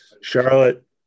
Charlotte